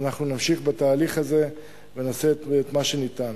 ואנחנו נמשיך בתהליך הזה ונעשה את מה שניתן.